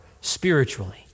spiritually